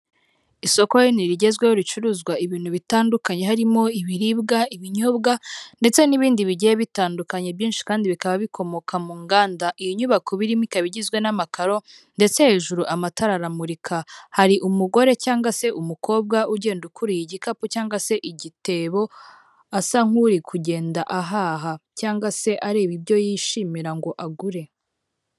Isoko ni irigezweho ricuruzwa ibintu bitandukanye. Harimo ibiribwa, ibinyobwa ndetse n'ibindi bigiye bitandukanye, byinshi kandi bikaba bikomoka mu nganda. Iyo nyubako birimo ikaba igizwe n'amakaro ndetse hejuru amatara aramurika .Hari umugore cyangwa se umukobwa ugenda ukuriye igikapu cyangwa se igitebo asa nk'uri kugenda ahaha , cyangwa se areba ibyo yishimira ngo agure.